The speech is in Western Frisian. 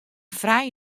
frij